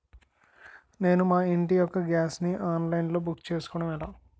నేను మా ఇంటి యెక్క గ్యాస్ ను ఆన్లైన్ లో బుక్ చేసుకోవడం ఎలా?